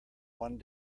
one